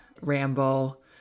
ramble